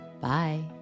Bye